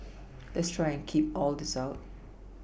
let's try and keep all this out